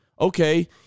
okay